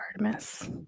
Artemis